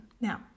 Now